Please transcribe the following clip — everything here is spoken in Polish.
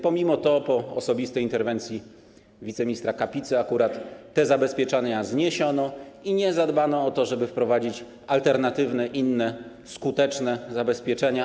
Pomimo to po osobistej interwencji wiceministra Kapicy akurat te zabezpieczenia zniesiono i nie zadbano o to, żeby wprowadzić alternatywne, inne skuteczne zabezpieczenia.